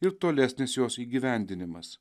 ir tolesnis jos įgyvendinimas